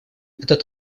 этот